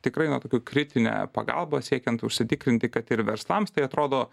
tikrai na tokiu kritine pagalba siekiant užsitikrinti kad ir verslams tai atrodo